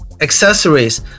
accessories